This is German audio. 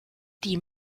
die